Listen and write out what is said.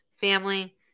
Family